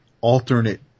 alternate